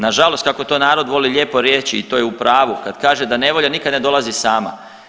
Na žalost, kako to narod voli lijepo reći i to je u pravu kad kaže da nevolja nikad ne dolazi sama.